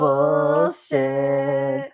Bullshit